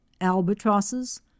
Albatrosses